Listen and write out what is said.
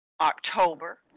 October